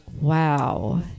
wow